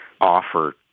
offer